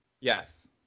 Yes